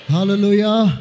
Hallelujah